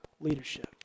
leadership